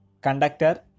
conductor